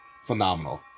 Phenomenal